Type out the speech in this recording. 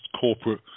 corporate